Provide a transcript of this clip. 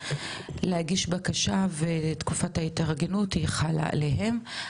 להגיש בקשה ותקופת ההתארגנות היא חלה עליהם.